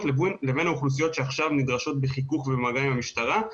לבין האוכלוסיות שעכשיו נדרשות להיות בחיכוך ובמגע עם המשטרה.